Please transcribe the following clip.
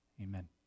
Amen